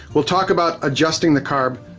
we'll talk about adjusting the carb,